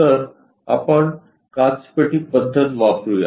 तर आपण काचपेटी पद्धत वापरुया